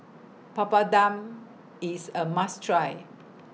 Papadum IS A must Try